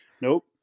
nope